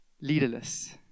leaderless